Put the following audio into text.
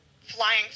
flying